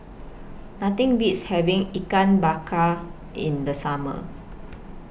Nothing Beats having Ikan Bakar in The Summer